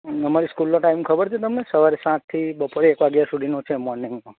અમારી સ્કૂલનો ટાઈમ ખબર છે તમને સવાર સાતથી બપોરે એક વાગ્યા સુધીનો છે મોર્નિંગ